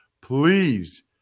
Please